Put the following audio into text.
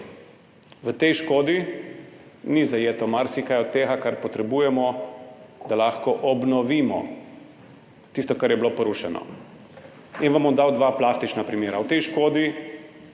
V tej škodi ni zajeto marsikaj od tega, kar potrebujemo, da lahko obnovimo tisto, kar je bilo porušeno. In vam bom dal dva plastična primera. V tej škodi